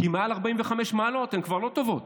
כי מעל 45 מעלות הן כבר לא טובות.